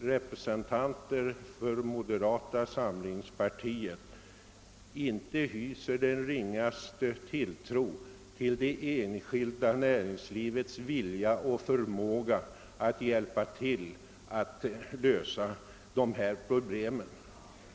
representanter för moderata samlingspartiet inte hyser den ringaste tilltro till det enskilda näringslivets vilja och förmåga att hjälpa till med att lösa dessa problem.